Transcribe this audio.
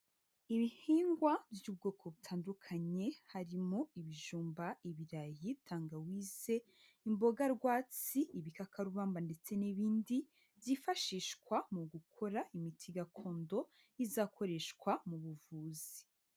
Ibihingwa by'ubwoko butandukanye, harimo ibijumba, ibirayi, tangawize, imbogarwatsi, ibikakarubamba ndetse n'ibindi, byifashishwa mu gukora imiti gakondo, izakoreshwa mu buvuzi.